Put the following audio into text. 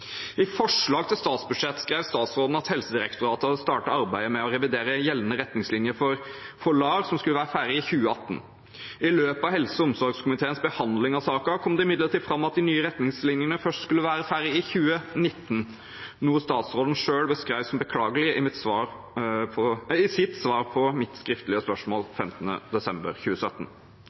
I forslaget til statsbudsjett skrev statsråden at Helsedirektoratet hadde startet arbeidet med å revidere gjeldende retningslinjer for LAR, som skulle være ferdig i 2018. I løpet av helse- og omsorgskomiteens behandling av saken kom det imidlertid fram at de nye retningslinjene først ville være ferdig i 2019, noe statsråden selv beskrev som beklagelig i sitt svar på mitt skriftlige spørsmål 15. desember 2017.